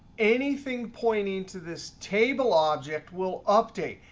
anything pointing to this table object will update.